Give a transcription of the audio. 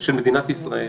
של מדינת ישראל